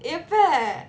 எப்ப:eppa